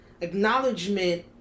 acknowledgement